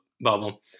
bubble